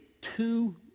two